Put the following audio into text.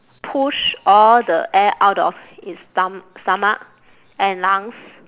push all the air out of his stom~ stomach and lungs